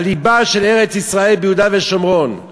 הליבה של ארץ-ישראל ביהודה ושומרון.